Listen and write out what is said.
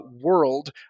world